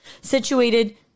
Situated